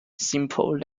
simple